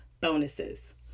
bonuses